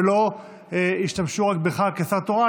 ולא ישתמשו רק בך כשר תורן.